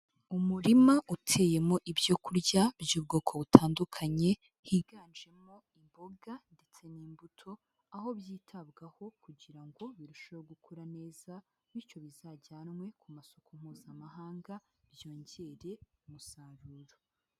Umurima uteyemo ibyo kurya by'ubwoko butandukanye, higanjemo imboga ndetse n'imbuto, aho byitabwaho kugira ngo birusheho gukura neza bityo bizajyanwe ku masoko Mpuzamahanga byongere umusaruro.